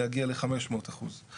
לבנייתה אחרי יום ט' באייר התשס"ה (18 במאי